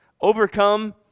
Overcome